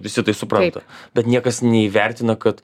visi tai supranta bet niekas neįvertina kad